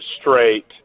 straight